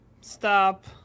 Stop